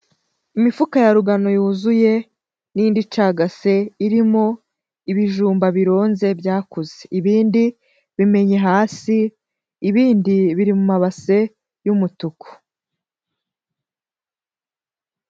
Imifuka ya rugano yuzuye n'indi icagase irimo ibijumba bironze byakuze. Ibindi bimennye hasi, ibindi biri mu mabase y'umutuku.